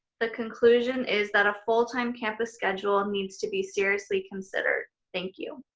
the conclusion is that a full time campus schedule needs to be seriously considered. thank you.